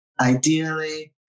Ideally